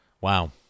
Wow